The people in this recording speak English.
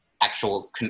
actual